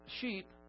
sheep